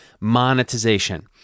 monetization